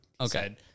Okay